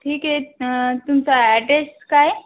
ठीके तुमचा ऍड्रेस काय